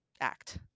act